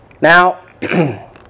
Now